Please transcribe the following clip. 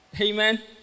Amen